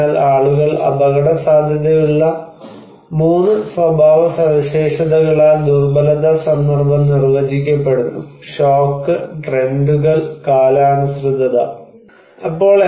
അതിനാൽ ആളുകൾക്ക് അപകടസാധ്യതയുള്ള 3 സ്വഭാവസവിശേഷതകളാൽ ദുർബലത സന്ദർഭം നിർവചിക്കപ്പെടുന്നു ഷോക്ക് ട്രെൻഡുകൾ കാലാനുസൃതത shock trends and seasonality